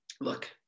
Look